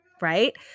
Right